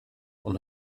und